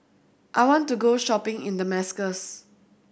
I want to go shopping in Damascus